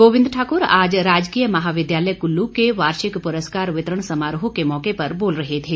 गोविंद ठाकुर आज राजकीय महाविद्यालय कुल्लू के वार्षिक पुरस्कार वितरण समारोह के मौके पर बोल रहे थे